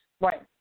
right